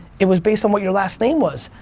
it was based on what your last name was.